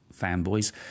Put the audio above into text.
fanboys